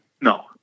No